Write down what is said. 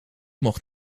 mocht